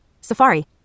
Safari